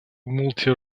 multi